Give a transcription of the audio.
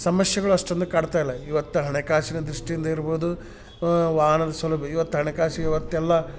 ಸಮಸ್ಯೆಗ್ಳು ಅಷ್ಟೊಂದು ಕಾಣ್ತಾ ಇಲ್ಲ ಇವತ್ತು ಹಣಕಾಸಿನ ದೃಷ್ಟಿಯಿಂದ ಇರ್ಬೋದು ವಾಹನದ ಸೌಲಭ್ಯ ಇವತ್ತು ಹಣಕಾಸು ಇವತ್ತೆಲ್ಲ